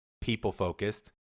people-focused